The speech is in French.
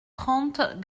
trente